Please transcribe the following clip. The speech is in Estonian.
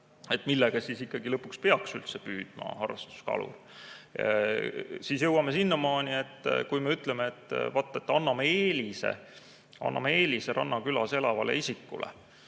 millega siis ikkagi lõpuks peaks püüdma harrastuskalur. Siis jõuame sinnamaani, et kui me ütleme, et vaat anname eelise rannakülas elavale isikule.